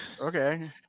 okay